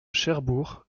cherbourg